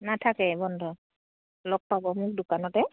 নাথাকে বন্ধ লগ পাব মোক দোকানতে